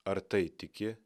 ar tai tiki